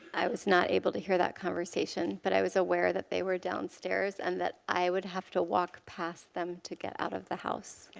i was not able to hear that conversation, but i was aware they were downstairs and that i would have to walk past them to get out of the house.